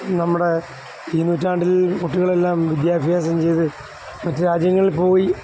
നമ്മുടെ ഈ നൂറ്റാണ്ടിൽ കുട്ടികളെല്ലാം വിദ്യാഭ്യാസം ചെയ്ത് മറ്റ് രാജ്യങ്ങളിൽ പോയി